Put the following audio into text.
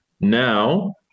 now